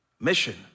Mission